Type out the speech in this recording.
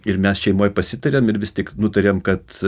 ir mes šeimoj pasitarėm ir vis tik nutarėm kad